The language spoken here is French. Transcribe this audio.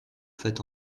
faites